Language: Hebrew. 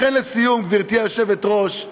לכן, לסיום, גברתי היושבת-ראש,